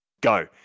go